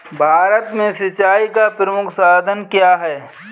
भारत में सिंचाई का प्रमुख साधन क्या है?